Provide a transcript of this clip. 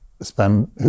spend